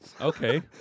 Okay